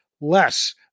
less